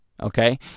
okay